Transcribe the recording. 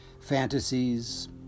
Fantasies